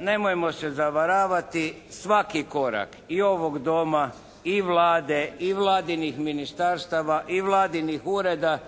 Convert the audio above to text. Nemojmo se zavaravati, svaki korak i ovog Doma i Vlade i vladinih ministarstava i vladinih ureda